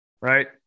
right